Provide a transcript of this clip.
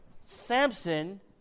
Samson